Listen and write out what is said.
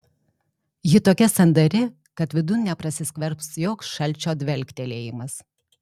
ji tokia sandari kad vidun neprasiskverbs joks šalčio dvelktelėjimas